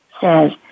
says